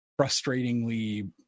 frustratingly